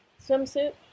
swimsuit